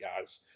guys